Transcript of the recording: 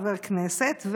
חבר כנסת,